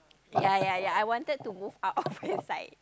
ya ya ya I wanted to move out inside